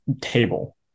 table